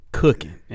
cooking